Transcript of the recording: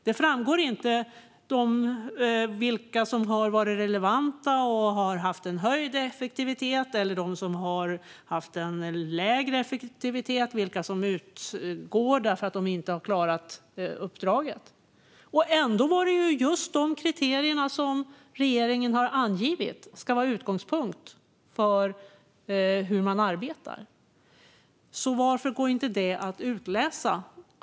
Det framgår inte vilka som har varit relevanta och har haft en höjd effektivitet, vilka som haft en lägre effektivitet och vilka som utgår därför att de inte har klarat uppdraget. Ändå är det just dessa kriterier som regeringen har angivit ska vara utgångspunkt för hur man arbetar. Varför går då inte detta att utläsa?